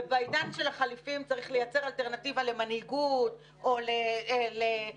ובעידן של החליפים צריך לייצר אלטרנטיבה למנהיגות או לפערים